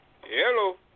Hello